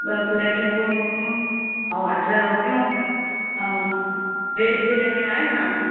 ॿ प्लेटियूं उहे मोकिलियो ऐं अठ रोटियूं ऐं वेज बिरयानी आहे तव्हां वटि